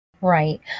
right